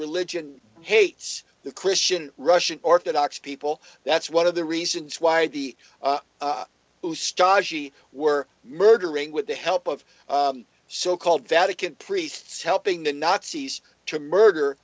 religion hates the christian russian orthodox people that's one of the reasons why the two staci were murdering with the help of so called vatican priests helping the nazis to murder